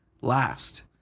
last